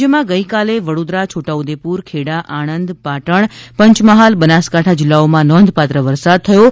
રાજ્યમાં ગઇકાલે વડ઼ોદરા છોટા ઉદેપુર ખેડા આણંદ પાટણ પંચમહાલ બનાસકાંઠા જીલ્લાઓમાં નોંધપાત્ર વરસાદ થયો છે